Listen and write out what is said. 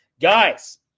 guys